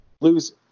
lose